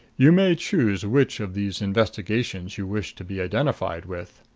you may choose which of these investigations you wish to be identified with.